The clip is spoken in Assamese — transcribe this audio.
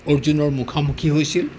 অৰ্জুনৰ মুখামুখি হৈছিল